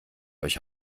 euch